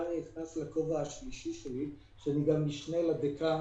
כאן אני נכנס לכובע השלישי שלי, שאני משנה לדיקן